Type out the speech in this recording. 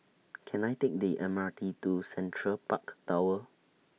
Can I Take The M R T to Central Park Tower